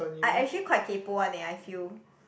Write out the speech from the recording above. I actually quite kaypo [one] eh I feel